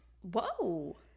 Whoa